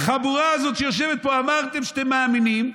החבורה הזאת שיושבת פה, אמרתם שאתם מאמינים.